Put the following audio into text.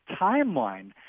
timeline